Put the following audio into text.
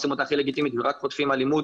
עושים הכי לגיטימית ורק חוטפים אלימות.